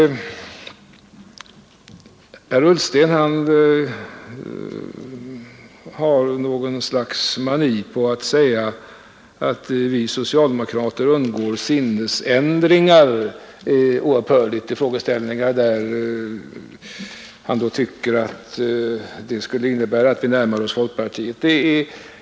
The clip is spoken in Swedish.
Herr Ullsten har något slags mani på att säga att vi socialdemokrater undergäår sinnesändringar. Det sker oupphörligt i sådana frågeställningar där han tycker att vi närmat oss folkpartiet.